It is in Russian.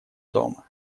дома